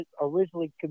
originally